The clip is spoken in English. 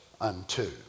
unto